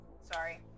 Sorry